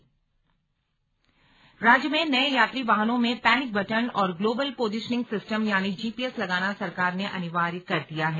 slug GPS राज्य में नए यात्री वाहनों में पैनिक बटन और ग्लोबल पोजिशनिंग सिस्टम यानि जीपीएस लगाना सरकार ने अनिवार्य कर दिया है